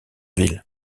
ville